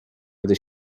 gdy